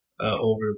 over